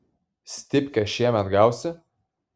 stipkę šiemet gausi